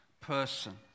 person